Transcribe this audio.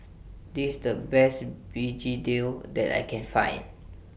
This The Best Begedil that I Can Find